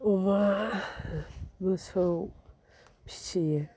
अमा मोसौ फिसियो